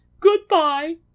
Goodbye